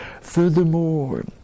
Furthermore